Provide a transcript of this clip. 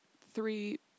three –